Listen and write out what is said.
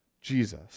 Jesus